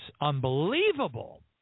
unbelievable